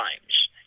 times